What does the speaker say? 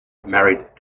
married